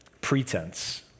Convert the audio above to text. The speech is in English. Pretense